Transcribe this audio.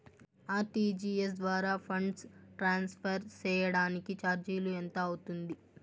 RTGS ద్వారా funds transfer సేయడానికి చార్జీలు ఎంత అవుతుంది